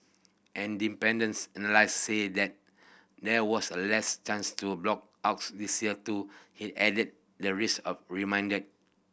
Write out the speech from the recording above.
an dependence analyst said that there was a less chance to blackouts this year though he added the risk of remained